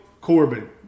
Corbin